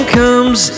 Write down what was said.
comes